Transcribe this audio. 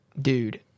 dude